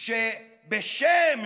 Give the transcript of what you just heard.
שבשם